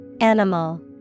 Animal